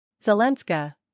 Zelenska